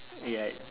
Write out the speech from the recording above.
ya